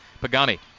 Pagani